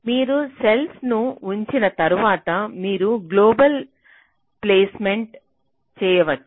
మీరు సెల్స్ ను ఉంచిన తర్వాత మీరు గ్లోబల్ ప్లేస్ మెంట్ చేయవచ్చు